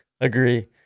agree